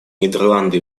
нидерланды